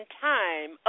time